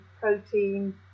protein